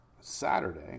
Saturday